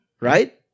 Right